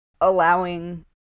allowing